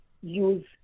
use